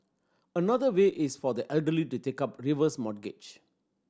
another way is for the elderly to take up reverse mortgage